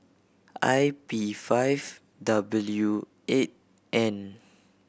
I P five W eight N